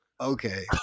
Okay